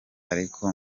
ariko